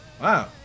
Wow